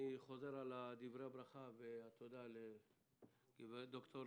אני חוזר על דברי הברכה והתודה לגברת ד"ר